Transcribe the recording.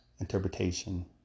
interpretation